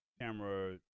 camera